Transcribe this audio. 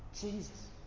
Jesus